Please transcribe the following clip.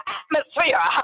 atmosphere